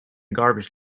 garbage